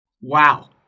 Wow